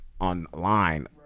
online